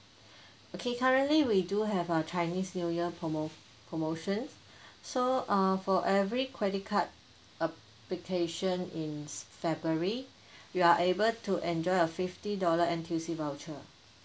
okay currently we do have a chinese new year promo~ promotions so err for every credit card uh vacation in february you are able to enjoy a fifty dollar N_T_U_C voucher